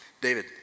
David